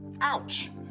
ouch